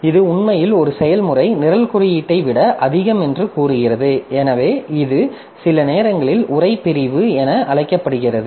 இது உண்மையில் ஒரு செயல்முறை நிரல் குறியீட்டை விட அதிகம் என்று கூறுகிறது எனவே இது சில நேரங்களில் உரை பிரிவு என அழைக்கப்படுகிறது